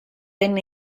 enne